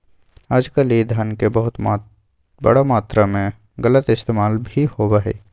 आजकल ई धन के बहुत बड़ा मात्रा में गलत इस्तेमाल भी होबा हई